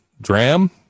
dram